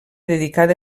dedicada